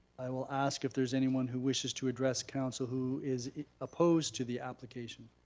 i will ask if there's anyone who wishes to address council who is opposed to the application.